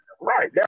Right